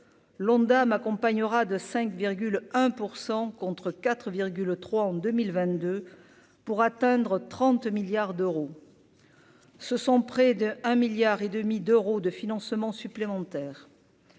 l'Ondam accompagnera de 5 1 % contre 4,3 en 2022, pour atteindre 30 milliards d'euros, ce sont près de un milliard et demi d'euros de financements supplémentaires.